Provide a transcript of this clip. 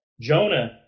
Jonah